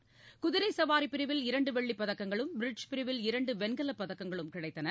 சூதிரைசவாரிபிரிவில் இரண்டுவெள்ளிப் பதக்கங்களும் பிரிட்ஜ் பிரிவில் இரண்டுவெண்கலப் பதக்கங்களும் கிடைத்தன